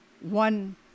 one